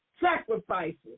sacrifices